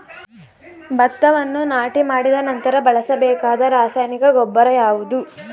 ಭತ್ತವನ್ನು ನಾಟಿ ಮಾಡಿದ ನಂತರ ಬಳಸಬೇಕಾದ ರಾಸಾಯನಿಕ ಗೊಬ್ಬರ ಯಾವುದು?